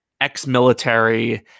ex-military